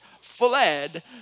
fled